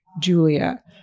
Julia